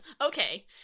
okay